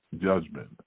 Judgment